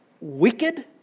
wicked